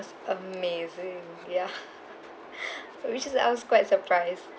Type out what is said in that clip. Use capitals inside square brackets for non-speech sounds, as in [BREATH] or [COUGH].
just amazing ya [LAUGHS] [BREATH] for it just like I was quite surprise